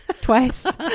twice